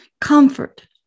comfort